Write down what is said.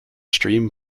stream